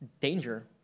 danger